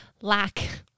lack